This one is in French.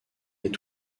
est